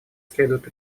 следует